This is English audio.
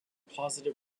positive